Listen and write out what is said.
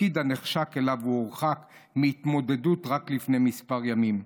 בתפקיד הנחשק שהוא הורחק מהתמודדות עליו רק לפני כמה ימים.